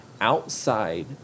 outside